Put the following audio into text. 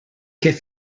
què